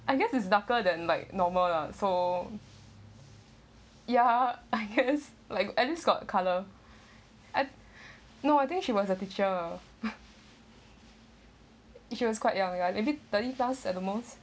I guess it is darker than like normal lah so ya I guess like at least got colour I no I think she was a teacher she was quite young ya maybe thirty plus at the most